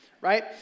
right